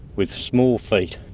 with small feet.